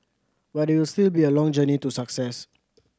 but it will still be a long journey to success